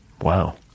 Wow